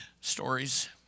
stories